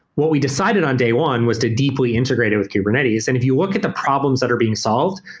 what we decided on day one was to deeply integrate it with kubernetes, and if you look at the problems that are being solved,